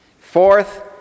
Fourth